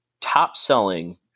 top-selling